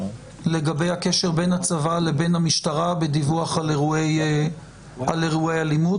לגבי הקשר בין הצבא לבין המשטרה בדיווח על אירועי האלימות.